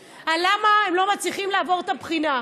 למה הם לא מצליחים לעבור את הבחינה.